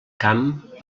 camp